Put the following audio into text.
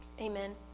Amen